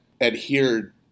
adhered